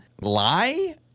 lie